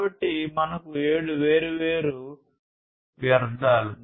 కాబట్టి మనకు ఏడు వేర్వేరు వ్యర్థాలు